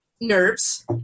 nerves